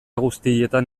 guztietan